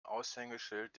aushängeschild